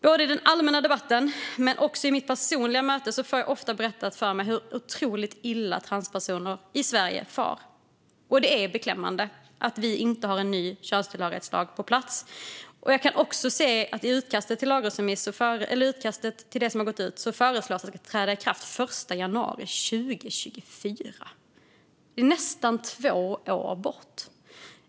Både i den allmänna debatten och i mina personliga möten får jag ofta berättat för mig hur otroligt illa transpersoner far i Sverige. Det är beklämmande att vi inte har en ny könstillhörighetslag på plats. I utkastet till det som har gått ut föreslås att det ska träda i kraft den 1 januari 2024. Det är nästan två år bort.